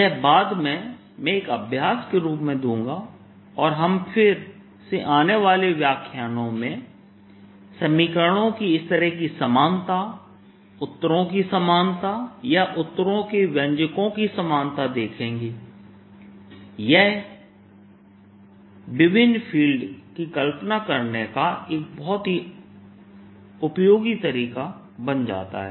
यह बाद में मैं एक अभ्यास के रूप में दूंगा और हम फिर से आने वाले व्याख्यानों में समीकरणों की इस तरह की समानता उत्तरों की समानता या उत्तरों के व्यंजको की समानता देखेंगे और यह विभिन्न फील्ड की कल्पना करने का एक बहुत ही उपयोगी तरीका बन जाता है